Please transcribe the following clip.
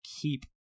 keep